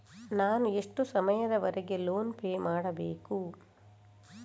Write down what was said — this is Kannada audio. ನಾನು ಎಷ್ಟು ಸಮಯದವರೆಗೆ ಲೋನ್ ಪೇ ಮಾಡಬೇಕು?